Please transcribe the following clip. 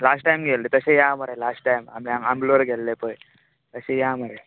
last time गेल्ले तशे या मरे लास्ट टायम आमी हांगा आमलोर गेल्ले पळय तशे या मरे